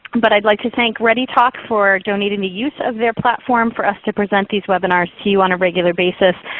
but i'd like to thank readytalk for donating the use of their platform for us to present these webinars to you on a regular basis.